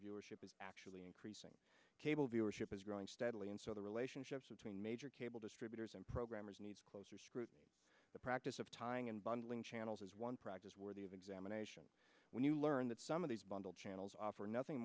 viewership is actually increasing cable viewership is growing steadily and so the relationships between major cable distributors and programmers needs closer scrutiny the practice of tying and bundling channels is one practice worthy of examination when you learn that some of these bundled channels offer nothing